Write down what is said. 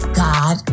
god